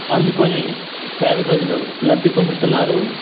అందుకని పేద ప్రజలు లబ్ధి పొందుతున్నారు